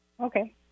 Okay